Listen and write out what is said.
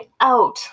out